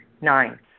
Nine